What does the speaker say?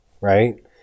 right